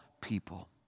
people